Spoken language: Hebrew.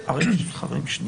חברים, שנייה.